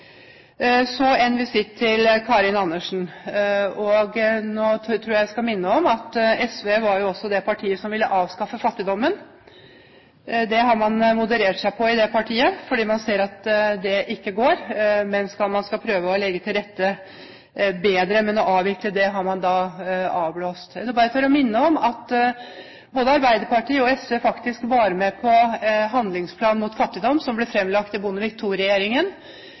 Så en visitt til Karin Andersen. Nå tror jeg at jeg skal minne om at SV var det partiet som ville avskaffe fattigdommen. Der har partiet moderert seg, fordi man ser at det ikke går. Man skal prøve å legge bedre til rette, men det å avvikle har man avblåst. Jeg tør bare minne om at både Arbeiderpartiet og SV faktisk var med på handlingsplanen mot fattigdom, som ble fremlagt under Bondevik II-regjeringen, ikke under Stoltenberg I-regjeringen. Det var bred oppslutning i